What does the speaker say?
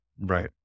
right